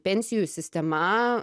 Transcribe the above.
pensijų sistema